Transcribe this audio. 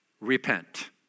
repent